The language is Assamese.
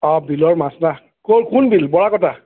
অঁ বিলৰ মাছ না ক'ৰ কোন বিল বৰাকটা